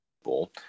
people